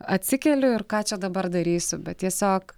atsikeliu ir ką čia dabar darysiu bet tiesiog